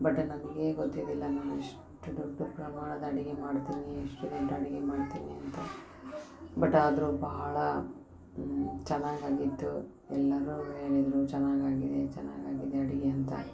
but ನನಗೆ ಗೊತ್ತಿದಿಲ್ಲ ನಾನು ಇಷ್ಟ್ ದೊಡ್ಡ ಪ್ರಮಾಣದ ಅಡಿಗೆ ಮಾಡುತಿನೀ ಇಷ್ಟ ದೊಡ್ಡ ಅಡಿಗೆ ಮಾಡ್ತಿನಿ ಅಂತ ಬಟ್ ಆದ್ರು ಭಾಳ ಚೆನ್ನಾಗಿ ಆಗಿತ್ತು ಎಲ್ಲರು ಹೇಳಿದ್ರು ಚೆನ್ನಾಗಿ ಆಗಿದೆ ಚೆನ್ನಾಗಿ ಆಗಿದೆ ಅಡಿಗೆ ಅಂತ